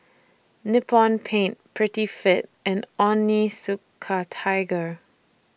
Nippon Paint Prettyfit and Onitsuka Tiger